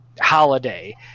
holiday